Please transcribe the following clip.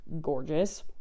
gorgeous